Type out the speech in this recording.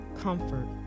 comfort